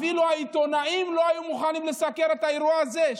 אפילו העיתונאים לא היו מוכנים לסקר את האירוע הזה,